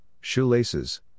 shoelaces